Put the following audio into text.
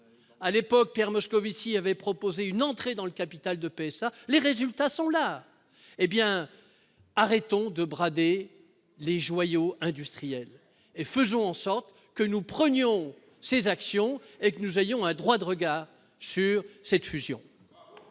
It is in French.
À l'époque, Pierre Moscovici avait proposé une entrée dans le capital de PSA. Les résultats sont là ! Arrêtons de brader les joyaux industriels et faisons en sorte de prendre ces actions pour avoir un droit de regard sur cette fusion